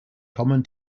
common